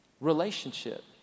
relationship